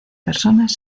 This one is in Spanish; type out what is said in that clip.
personas